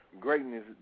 greatness